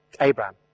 Abraham